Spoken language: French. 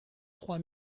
trois